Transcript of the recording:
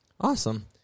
Awesome